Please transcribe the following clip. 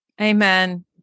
Amen